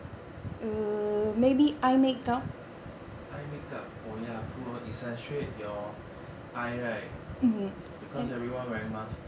eye makeup oh ya true hor accentuate your eye right because everyone wearing mask